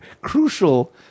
crucial